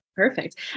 Perfect